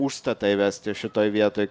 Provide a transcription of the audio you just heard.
užstatą įvesti šitoj vietoj